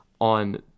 on